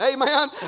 amen